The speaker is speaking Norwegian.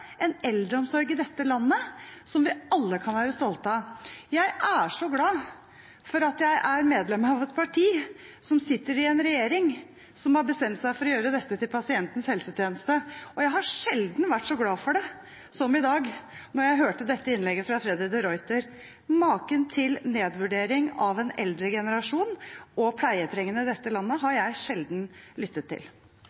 en eldreomsorg i dette landet som vi alle kan være stolte av? Jeg er så glad for at jeg er medlem av et parti som sitter i en regjering som har bestemt seg for å gjøre dette til pasientens helsetjeneste. Og jeg har sjelden vært så glad for det som i dag, da jeg hørte dette innlegget fra Freddy de Ruiter. Maken til nedvurdering av en eldregenerasjon og pleietrengende i dette landet har